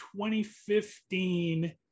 2015